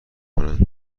کنند